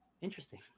Interesting